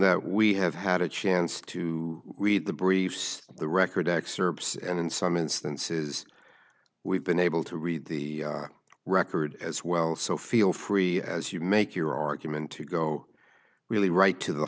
that we have had a chance to read the briefs the record excerpts and in some instances we've been able to read the record as well so feel free as you make your argument to go really right to the